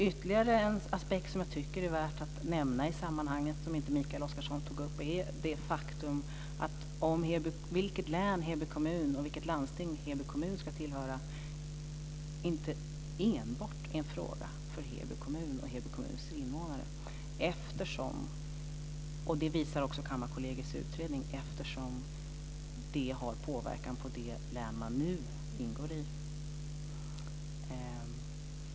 Ytterligare en aspekt värt att nämna i sammanhanget, som Mikael Oscarsson inte tog upp, är det faktum att vilket län och vilket landsting Heby kommun ska tillhöra är inte enbart en fråga för Heby kommun och Heby kommuns invånare - det visar också Kammarkollegiets utredning - eftersom det har påverkan på det län kommunen nu ingår i.